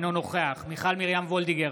אינו נוכח מיכל מרים וולדיגר,